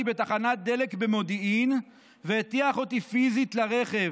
בתחנת דלק במודיעין והטיח אותי פיזית לרכב.